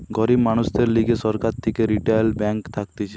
গরিব মানুষদের লিগে সরকার থেকে রিইটাল ব্যাঙ্ক থাকতিছে